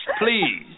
please